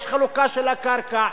יש חלוקה של הקרקע,